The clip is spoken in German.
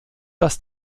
dass